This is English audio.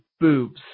boobs